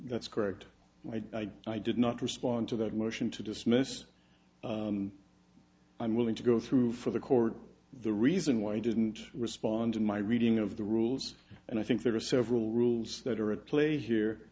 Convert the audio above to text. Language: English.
that's correct why i did not respond to that motion to dismiss i'm willing to go through for the court the reason why i didn't respond in my reading of the rules and i think there are several rules that are at play here